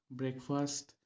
breakfast